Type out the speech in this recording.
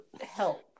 help